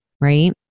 right